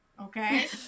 okay